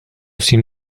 seen